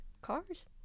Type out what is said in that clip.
cars